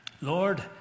Lord